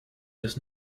does